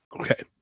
Okay